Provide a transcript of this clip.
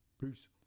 Peace